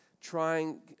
trying